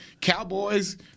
Cowboys